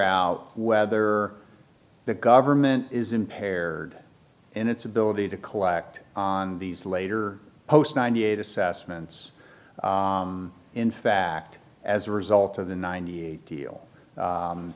out whether the government is impaired in its ability to collect on these later post ninety eight assessments in fact as a result of the ninety eight